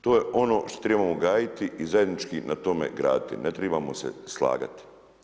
To je ono što treba gajiti i zajednički na tome graditi, ne trebamo se slagati.